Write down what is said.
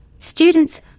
Students